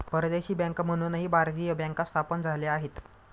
परदेशी बँका म्हणूनही भारतीय बँका स्थापन झाल्या आहेत